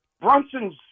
Brunson's